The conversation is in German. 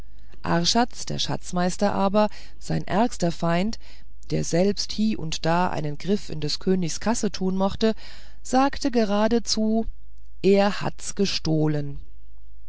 archaz der schatzmeister aber sein ärgster feind der selbst hie und da einen griff in des königs kasse tun mochte sagte geradezu er hat's gestohlen